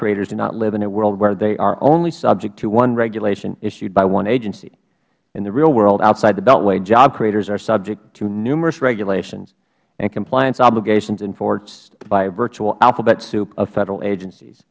creators do not live in a world where they are only subject to one regulation issued by one agency in the real world outside the beltway job creators are subject to numerous regulations and compliance obligations enforced by a virtual alphabet soup of federal agencies